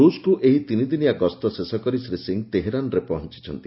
ରୁଷ୍କୁ ଏହି ତିନିଦିନିଆ ଗସ୍ତ ଶେଷ କରି ଶ୍ରୀ ସିଂହ ତେହ୍ରାନ୍ରେ ପହଞ୍ଚୁଛନ୍ତି